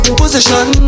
position